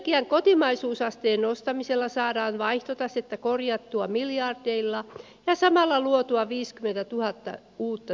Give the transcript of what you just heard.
gian kotimaisuusasteen nostamisella saadaan vaihtotasetta korjattua miljardeilla väsäämällä luotua viisikymmentätuhatta uutta